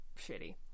shitty